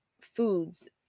foods